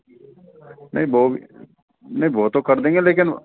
नहीं वो भ नहीं वो तो कर देंगे लेकिन